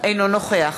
אינו נוכח